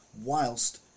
whilst